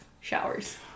showers